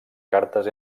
cartes